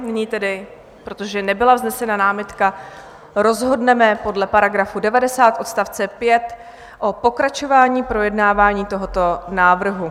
Nyní tedy, protože nebyla vznesena námitka, rozhodneme podle § 90 odst. 5 o pokračování projednávání tohoto návrhu.